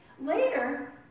Later